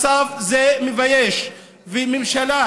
זה מצב מבייש, וממשלה